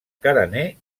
carener